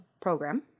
program